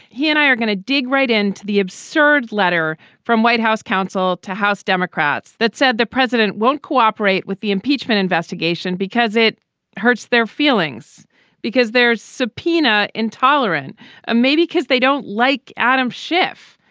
he and i are going to dig right into the absurd letter from white house counsel to house democrats that said the president won't cooperate with the impeachment investigation because it hurts their feelings because their subpoena intolerant ah maybe because they don't like adam schiff.